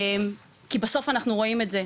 כי בסוף אנחנו רואים את זה.